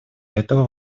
этого